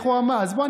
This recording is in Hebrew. אז בואו,